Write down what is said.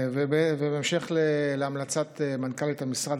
ובהמשך להמלצת מנכ"לית המשרד,